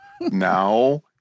now